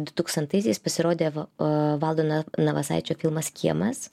du tūkstantaisiais pasirodė va a valdona navasaičio filmas kiemas